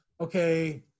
okay